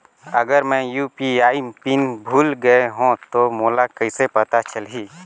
अगर मैं UPI PIN भुल गये हो तो मोला कइसे पता चलही?